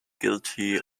guilty